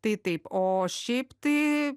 tai taip o šiaip tai